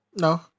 No